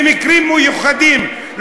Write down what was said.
למקרים מיוחדים,